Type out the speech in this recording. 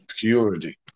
purity